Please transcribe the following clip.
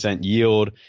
yield